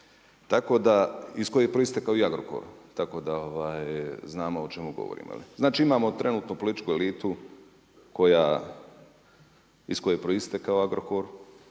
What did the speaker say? iz koje je proistekao i Agrokor, tako da znamo o čemu govorimo, je li. Znači imao trenutnu političku elitu iz koje je proistekao Agrokor,